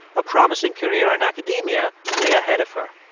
a promising career in academia lay ahead of her.